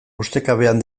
ustekabean